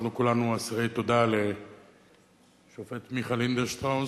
אנחנו כולנו אסירי תודה לשופט מיכה לינדנשטראוס,